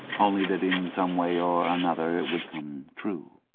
only that in some way or another it would come true.